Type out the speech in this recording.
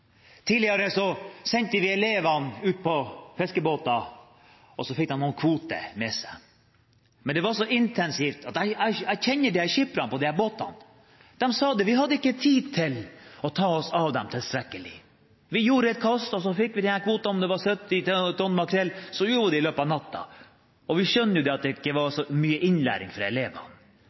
Tidligere sendte vi elevene ut på fiskebåter, og så fikk de noen kvoter med seg, men det var så intensivt. Jeg kjenner skipperne på disse båtene, og de sa: Vi hadde ikke tid til å ta oss tilstrekkelig av dem. Vi gjorde et kast, og så fikk vi disse kvotene, kanskje 70 tonn makrell, og vi gjorde det i løpet av natten, og vi skjønner jo det at det ikke var så mye innlæring for elevene.